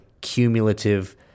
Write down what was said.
cumulative